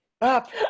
up